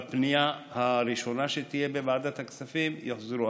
בפנייה הראשונה שתהיה לוועדת הכספים הם יוחזרו.